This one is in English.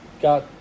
got